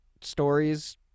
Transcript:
stories